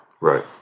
Right